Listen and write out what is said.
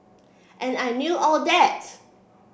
and I knew all that